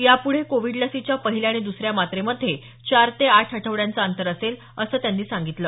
यापुढे कोविड लसीच्या पहिल्या आणि दसऱ्या मात्रेमध्ये चार ते आठ आठवड्यांचं अंतर असेल असं त्यांनी सांगितलं